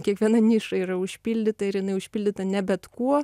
kiekviena niša yra užpildyta ir jinai užpildyta ne bet kuo